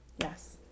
Yes